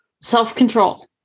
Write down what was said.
Self-control